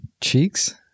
Cheeks